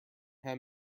have